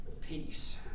peace